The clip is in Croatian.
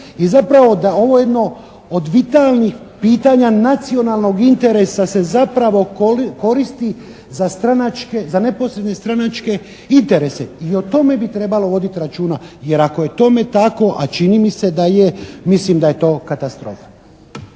i zapravo da ovo je jedno od vitalnih pitanja nacionalnog interesa se zapravo koristi za stranačke, za neposredne stranačke interese. I o tome bi trebalo voditi računa. Jer ako je tome tako a čini mi se da je mislim da je to katastrofa.